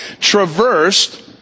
traversed